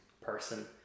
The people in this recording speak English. person